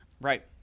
Right